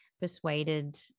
persuaded